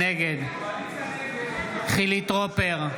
נגד חילי טרופר,